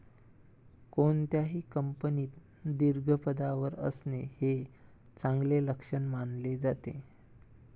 कोणत्याही कंपनीत दीर्घ पदावर असणे हे चांगले लक्षण मानले जाते